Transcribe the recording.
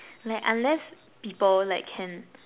like unless people like can